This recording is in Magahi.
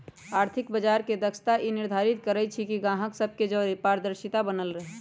आर्थिक बजार के दक्षता ई निर्धारित करइ छइ कि गाहक सभ के जओरे पारदर्शिता बनल रहे